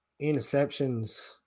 Interceptions